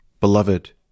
beloved